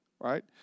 right